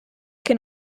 can